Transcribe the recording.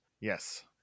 Yes